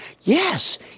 Yes